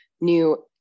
new